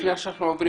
תודה אדוני.